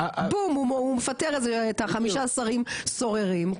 בום הוא מפטר איזה את החמישה שרים סוררים,